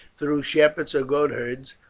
through shepherds or goatherds,